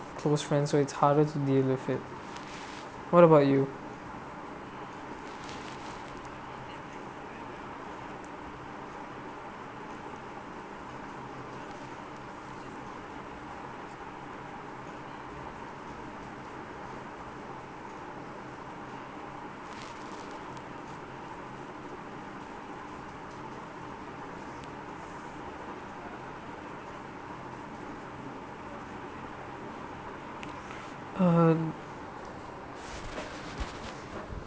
close friends so it's harder to deal with it what about you um